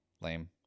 lame